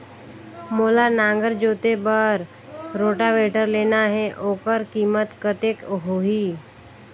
मोला नागर जोते बार रोटावेटर लेना हे ओकर कीमत कतेक होही?